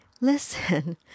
Listen